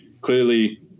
clearly